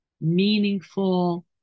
meaningful